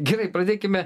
gerai pradėkime